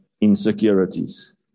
insecurities